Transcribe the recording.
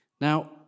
Now